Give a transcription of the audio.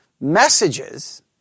messages